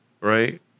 right